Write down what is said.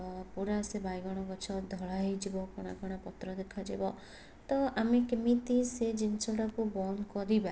ଅ ପୁରା ସେ ବାଇଗଣ ଗଛ ଧଳା ହୋଇଯିବ କଣା କଣା ପତ୍ର ଦେଖାଯିବ ତ ଆମେ କେମିତି ସେ ଜିନିଷଟାକୁ ବନ୍ଦ କରିବା